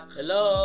Hello